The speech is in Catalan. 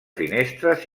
finestres